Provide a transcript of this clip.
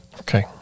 Okay